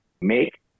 make